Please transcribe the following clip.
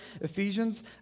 Ephesians